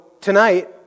tonight